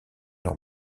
leur